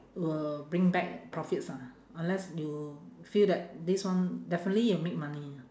will bring back profits ah unless you feel that this one definitely will make money